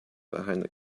behind